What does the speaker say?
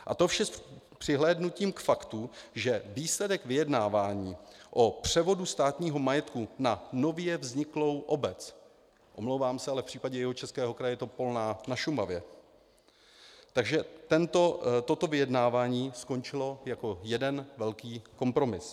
A to vše s přihlédnutím k faktu, že výsledek vyjednávání o převodu státního majetku na nově vzniklou obec omlouvám se, ale v případě Jihočeského kraje je to Polná na Šumavě tak že toto vyjednávání skončilo jako jeden velký kompromis.